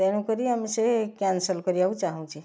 ତେଣୁକରି ଆମେ ସେ କ୍ୟାନସଲ କରିବାକୁ ଚାହୁଁଛି